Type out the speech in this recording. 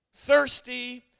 Thirsty